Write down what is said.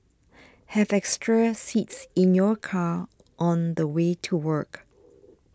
have extra seats in your car on the way to work